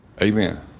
Amen